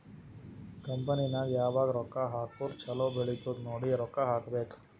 company ನಾಗ್ ಯಾವಾಗ್ ರೊಕ್ಕಾ ಹಾಕುರ್ ಛಲೋ ಬೆಳಿತ್ತುದ್ ನೋಡಿ ರೊಕ್ಕಾ ಹಾಕಬೇಕ್